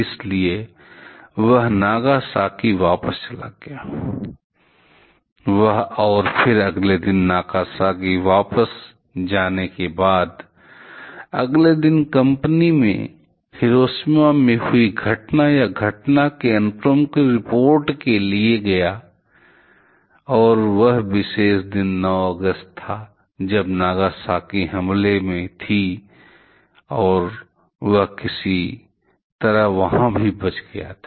इसलिए वह नागासाकी वापस चला गया वह और फिर अगले दिन नागासाकी वापस जाने के बाद अगले दिन कंपनी में हिरोशिमा में हुई घटना या घटना के अनुक्रम की रिपोर्ट करने के लिए गया और वह विशेष दिन 9अगस्त था जब नागासाकी हमले में थी और वह किसी तरह वहा भी बच गया था